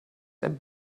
and